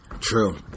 True